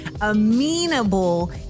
Amenable